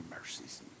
mercies